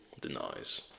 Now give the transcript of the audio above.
denies